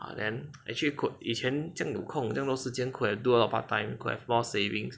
then actually could 以前这样有空这样多时间 could have do a lot of part time could have more savings